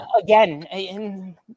again